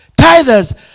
tithers